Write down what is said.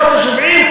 בשנות ה-70,